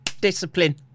discipline